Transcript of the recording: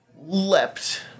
leapt